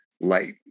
light